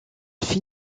fil